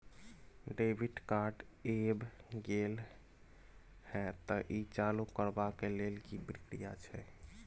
Debit card ऐब गेल हैं त ई चालू करबा के लेल की प्रक्रिया छै?